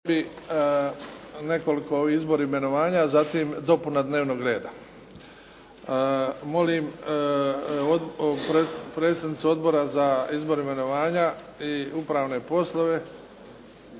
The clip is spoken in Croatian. nekoliko izbora i imenovanja, zatim dopuna dnevnog reda. Molim predsjednicu Odbora za izbor, imenovanja i upravne poslove